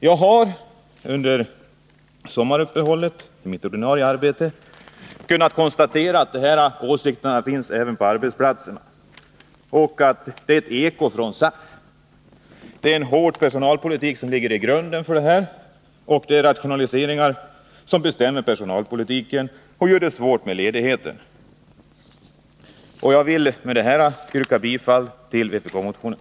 Jag har i mitt ordinarie arbete under sommaruppehållet kunnat konstatera att sådana åsikter finns även på arbetsplatserna — det är ett eko från SAF. Det ligger en hård personalpolitik i grunden. Det är fråga om rationaliseringar som bestämmer personalpolitiken och gör det svårt att få ledighet. Jag vill med det sagda yrka bifall till vpk-motionen.